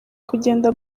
kugenda